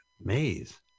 maze